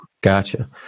Gotcha